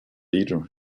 leader